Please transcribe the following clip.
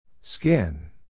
Skin